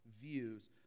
views